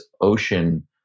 ocean